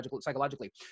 psychologically